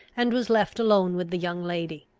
and was left alone with the young lady.